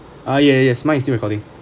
ah yeah yes mine is still recording